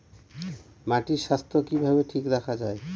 মাটির স্বাস্থ্য কিভাবে ঠিক রাখা যায়?